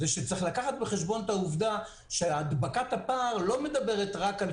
היא שצריך לקחת בחשבון את העובדה שהדבקת הפער לא מדברת רק על